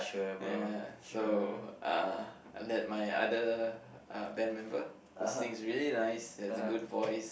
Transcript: ya so uh I let my other uh band member who sings really nice he has a good voice